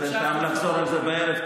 אין טעם לחזור על זה בערב,